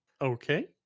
Okay